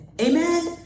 Amen